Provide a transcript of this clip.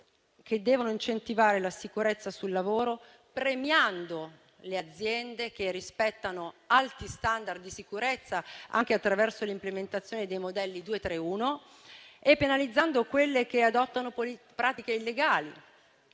che devono incentivare la sicurezza sul lavoro, premiando le aziende che rispettano alti standard di sicurezza, anche attraverso l'implementazione dei modelli 231 e penalizzando quelle che adottano pratiche illegali.